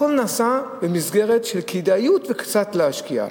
הכול נעשה במסגרת של כדאיות וקצת להשקיע.